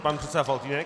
Pan předseda Faltýnek.